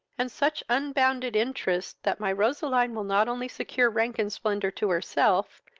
and such unbounded interest, that my roseline will not only secure rank and splendor to herself,